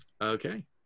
Okay